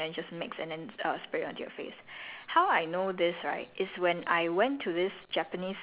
so like um but you can ownself add some kitchen salt into water and then just mix and then uh spray onto your face